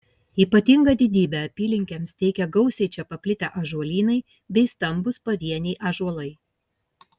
ypatingą didybę apylinkėms teikia gausiai čia paplitę ąžuolynai bei stambūs pavieniai ąžuolai